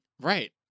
Right